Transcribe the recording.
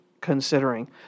considering